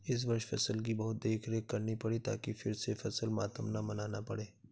इस वर्ष फसल की बहुत देखरेख करनी पड़ी ताकि फिर से फसल मातम न मनाना पड़े